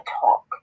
talk